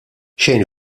xejn